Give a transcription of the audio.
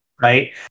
right